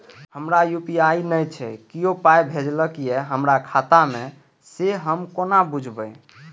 हमरा यू.पी.आई नय छै कियो पाय भेजलक यै हमरा खाता मे से हम केना बुझबै?